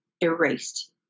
erased